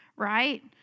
right